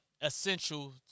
essential